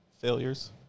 failures